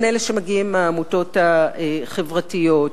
מהלשכה המשפטית בכנסת,